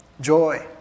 joy